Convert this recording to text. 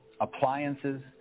appliances